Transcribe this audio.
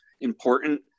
important